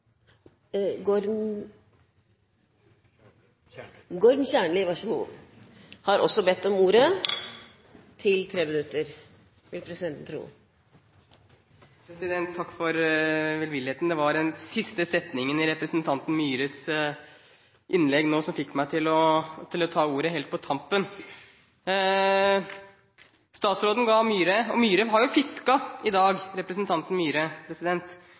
Takk for velvilligheten. Det var den siste setningen i representanten Myhres innlegg som fikk meg til å ta ordet helt på tampen. Representanten Myhre har jo fisket i dag